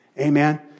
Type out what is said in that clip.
Amen